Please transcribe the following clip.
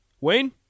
Wayne